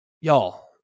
y'all